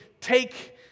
take